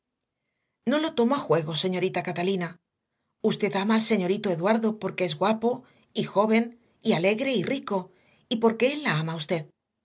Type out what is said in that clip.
no lo tomo a juego señorita catalina usted ama al señorito eduardo porque es guapo y joven y alegre y rico y porque él la ama a usted